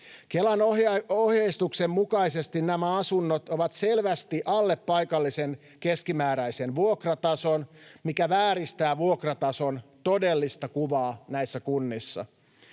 Kelan ohjeistuksen mukaisesti nämä asunnot ovat selvästi alle paikallisen keskimääräisen vuokratason, mikä vääristää vuokratason todellista kuvaa näissä kunnissa.